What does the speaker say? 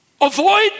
avoid